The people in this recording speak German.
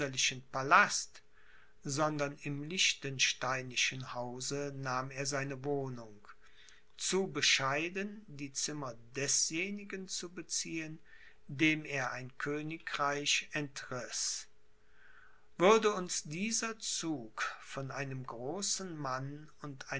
palast sondern im lichtensteinischen hause nahm er seine wohnung zu bescheiden die zimmer desjenigen zu beziehen dem er ein königreich entriß würde uns dieser zug von einem großen mann und